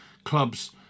clubs